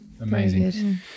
Amazing